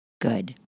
good